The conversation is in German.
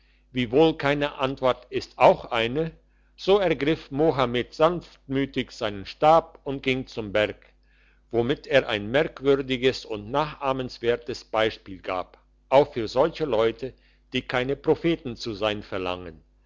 wiewohl keine antwort ist auch eine so ergriff mohammed sanftmütig seinen stab und ging zum berg womit er ein merkwürdiges und nachahmungswertes beispiel gab auch für solche leute die keine propheten zu sein verlangen